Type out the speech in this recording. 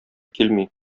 килми